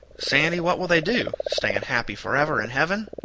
sandy, what will they do stay unhappy forever in heaven?